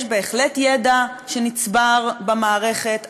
בהחלט יש ידע שנצבר במערכת.